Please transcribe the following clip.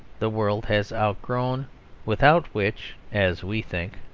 the world has outgrown without which, as we think,